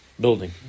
building